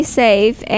safe